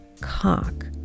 cock